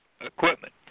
equipment